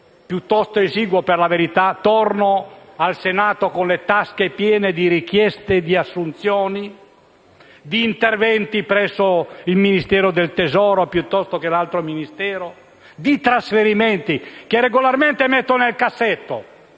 piuttosto esiguo, per la verità - torno in Senato con le tasche piene di richieste di assunzioni, di interventi presso il Ministero dell'economia e delle finanze o altro, e di trasferimenti che regolarmente metto nel cassetto.